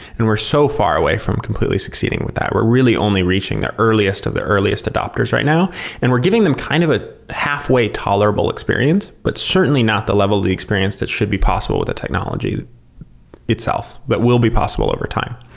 and we're so far away from completely succeeding with that. we're really only reaching the earliest of the earliest adapters right now and we're giving them kind of a halfway tolerable experience, but certainly not the level of the experience that should be possible with the technology itself, but will be possible overtime.